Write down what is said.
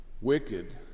wicked